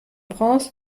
prince